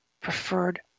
preferred